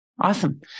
Awesome